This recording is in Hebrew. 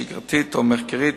שגרתית או מחקרית,